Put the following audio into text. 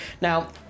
Now